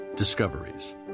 Discoveries